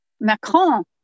Macron